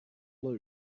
blue